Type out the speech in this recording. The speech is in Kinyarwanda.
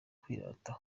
kwirata